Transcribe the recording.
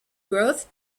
growth